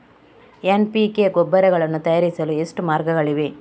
NPK ರಸಗೊಬ್ಬರಗಳನ್ನು ತಯಾರಿಸಲು ಎಷ್ಟು ಮಾರ್ಗಗಳಿವೆ?